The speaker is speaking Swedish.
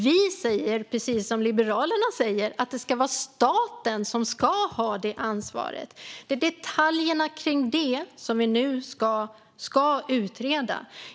Vi säger, precis som Liberalerna, att det är staten som ska ha det ansvaret. Det är detaljerna kring det som vi nu ska utreda.